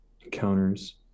encounters